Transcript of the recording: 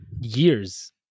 years